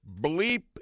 bleep